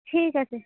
ঠিক আছে